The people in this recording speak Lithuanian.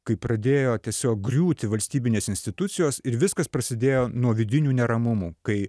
kai pradėjo tiesiog griūti valstybinės institucijos ir viskas prasidėjo nuo vidinių neramumų kai